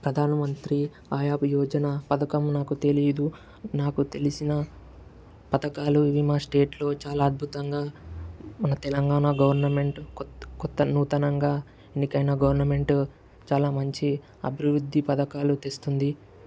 ప్రధాన మంత్రి ఆయాబి యోజన పథకం నాకు తెలియదు నాకు తెలిసిన పథకాలు ఇవి మా స్టేట్లో చాలా అద్భుతంగా మన తెలంగాణ గవర్నమెంట్ కొత్త కొత్త నూతనంగా ఎన్నికైన గవర్నమెంటు చాలా మంచి అభివృద్ధి పథకాలు తెస్తుంది